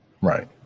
Right